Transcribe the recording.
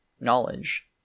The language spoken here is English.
Knowledge